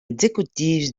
exécutif